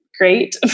Great